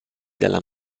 dalla